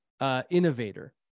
innovator